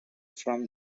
from